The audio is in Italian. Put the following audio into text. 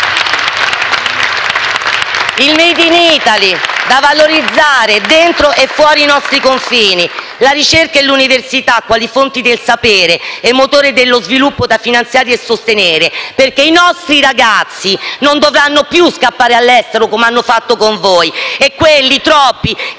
il *made in Italy* da valorizzare dentro e fuori i nostri confini. La ricerca e l'università quali fonti del sapere e motore dello sviluppo, da finanziare e sostenere, perché i nostri ragazzi non dovranno più scappare all'estero come hanno fatto con voi e quelli, troppi, che sono già stati